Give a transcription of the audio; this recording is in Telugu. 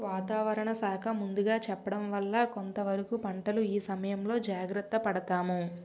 వాతావరణ శాఖ ముందుగా చెప్పడం వల్ల కొంతవరకు పంటల ఇసయంలో జాగర్త పడతాము